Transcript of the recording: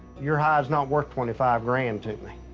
your hide's not worth twenty five grand to me.